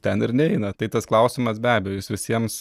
ten ir neina tai tas klausimas be abejo jis visiems